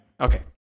Okay